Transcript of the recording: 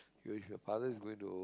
your your father is going to